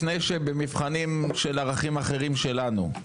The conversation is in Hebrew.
לפני שבמבחנים של ערכים אחרים שלנו.